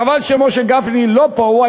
חבל שמשה גפני לא נמצא פה,